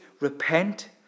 Repent